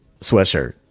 sweatshirt